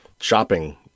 shopping